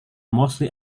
mostly